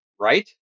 Right